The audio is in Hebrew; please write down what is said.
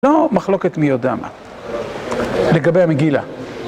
לא מחלוקת מי יודע מה, לגבי המגילה.